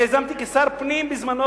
אני יזמתי כשר הפנים בזמנו,